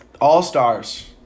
All-Stars